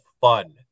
fun